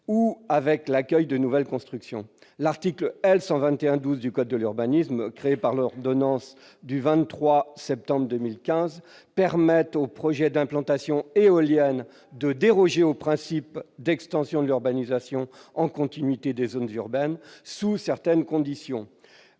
-ou avec l'accueil de nouvelles constructions. L'article L. 121-12 du code de l'urbanisme, créé par l'ordonnance du 23 septembre 2015, permet aux projets d'implantation d'éoliennes de déroger au principe d'extension de l'urbanisation en continuité des zones urbaines, sous certaines conditions.